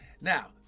Now